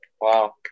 wow